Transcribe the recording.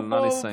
אבל נא לסיים.